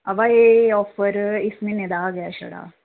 अवा एह् आफर इस म्हीने दा गै छड़ा